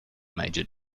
major